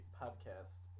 podcast